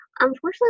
Unfortunately